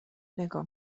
نگاه